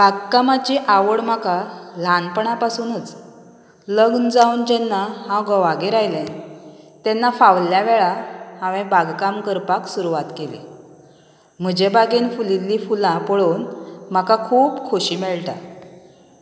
बाग कामाची आवड म्हाका ल्हानपणासानूच लग्न जावन जेन्ना हांव घोवागेर आयलें तेन्ना फावल्या वेळा हांवें बागकाम करपाक सुरवात केली म्हजे बागेंत फुलिल्ली फुलां पळोवन म्हाका खूब खोशी मेळटा